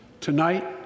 Tonight